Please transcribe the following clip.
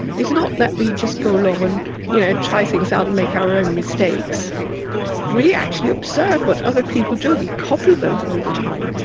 it's not that we just go along and you know try things out and make our own mistakes we actually observe what other people do, we copy them all the time.